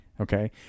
okay